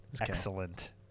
excellent